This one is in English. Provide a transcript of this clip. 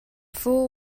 fool